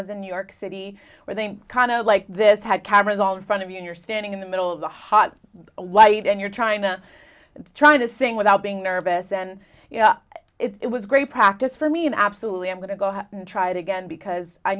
with a new york city where they kind of like this had cameras all in front of you and you're standing in the middle of the hot light and you're trying to trying to sing without being nervous and it was great practice for me and absolutely i'm going to go have tried again because i